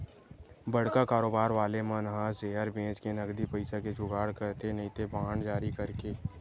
बड़का कारोबार वाले मन ह सेयर बेंचके नगदी पइसा के जुगाड़ करथे नइते बांड जारी करके